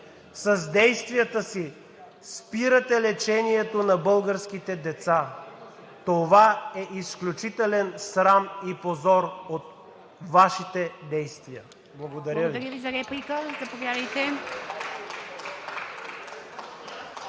с действията си спирате лечението на българските деца! Това е изключителен срам и позор от Вашите действия! Благодаря Ви. (Ръкопляскания